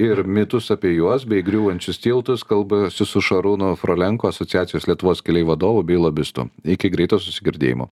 ir mitus apie juos bei griūvančius tiltus kalbuosi su šarūnu frolenko asociacijos lietuvos keliai vadovu bei lobistu iki greito susigirdėjimo